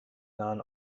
nahen